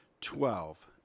twelve